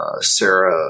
Sarah